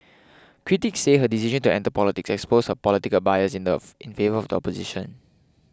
critics said her decision to enter politics exposed her political bias in of in favour of the opposition